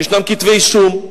ישנם כתבי-אישום,